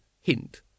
hint